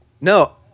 No